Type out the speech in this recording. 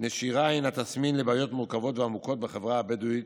נשירה הינה תסמין לבעיות מורכבות ועמוקות בחברה הבדואית.